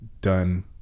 done